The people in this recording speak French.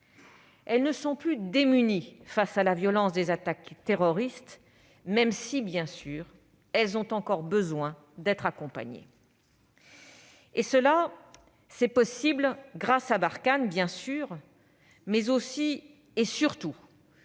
Elles ne sont plus démunies face à la violence des attaques terroristes, même si, bien sûr, elles ont encore besoin d'être accompagnées. Cela est possible grâce à Barkhane, bien sûr, mais aussi et surtout